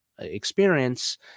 experience